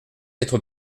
être